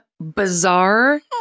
bizarre